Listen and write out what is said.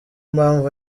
mpamvu